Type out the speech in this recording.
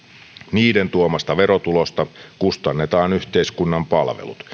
niiden tuomasta verotulosta kustannetaan yhteiskunnan palvelut